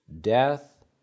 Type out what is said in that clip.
death